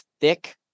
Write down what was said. thick